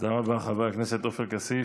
תודה רבה, חבר הכנסת עופר כסיף.